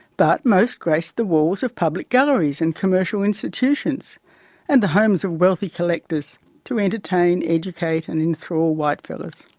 but most grace the walls of public galleries and commercial institutions and the homes of wealthy collectors to entertain, educate and enthral whitefellas.